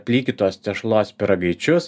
plikytos tešlos pyragaičius